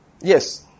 Yes